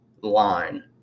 line